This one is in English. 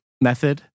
Method